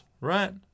right